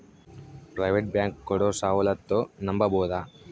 Private bank ಕೊಡೊ ಸೌಲತ್ತು ನಂಬಬೋದ?